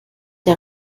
der